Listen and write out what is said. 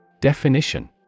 Definition